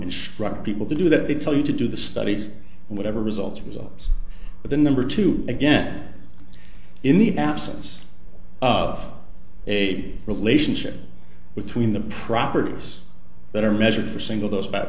instruct people to do that they tell you to do the studies and whatever results results but the number two again in the absence of a relationship between the properties that are measured for single those ba